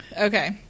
okay